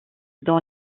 dans